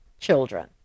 children